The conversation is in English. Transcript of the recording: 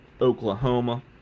Oklahoma